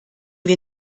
wir